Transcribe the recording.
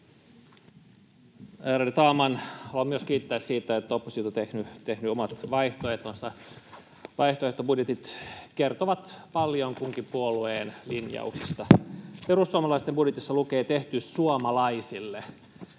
Ärade talman! Haluan myös kiittää siitä, että oppositio on tehnyt omat vaihtoehtonsa. Vaihtoehtobudjetit kertovat paljon kunkin puolueen linjauksista. Perussuomalaisten budjetissa lukee ”tehty suomalaisille”.